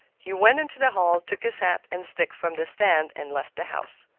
he went into the hall, took his hat and stick from the stand, and left the house.